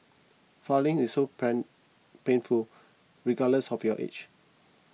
filing is so pain painful regardless of your age